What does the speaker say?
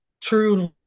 true